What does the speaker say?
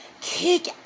kick